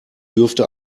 dürfte